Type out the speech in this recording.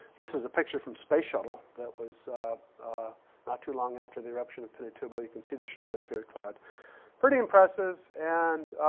this is a picture from space shuttle that was not too long after the eruption of pinatubo. you can see the stratosphere. pretty impressive. and